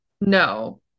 No